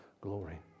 glory